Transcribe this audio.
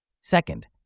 Second